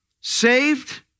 Saved